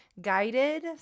guided